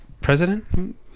president